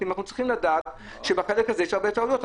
אנחנו צריכים לדעת שבחלק הזה יש הרבה טעויות.